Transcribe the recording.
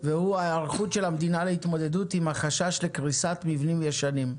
והוא ההיערכות של המדינה להתמודדות עם החשש לקריסת מבנים ישנים.